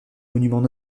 monuments